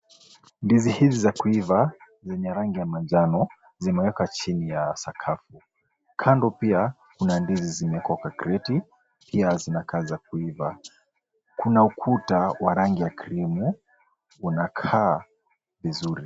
Ndizi hizi za kuiva zenye rangi ya manjano zimewekwa chini ya sakafu. Kando pia kuna ndizi zimewekwa kwa kreti pia zinakaa za kuiva. Kuna ukuta wa rangi ya krimu unakaa vizuri.